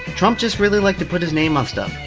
trump just really liked to put his name on stuff.